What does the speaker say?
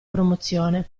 promozione